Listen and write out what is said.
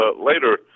later